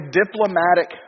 diplomatic